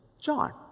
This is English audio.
John